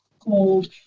called